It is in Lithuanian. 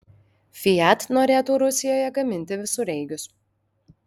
fiat norėtų rusijoje gaminti visureigius